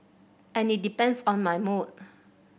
and it depends on my mood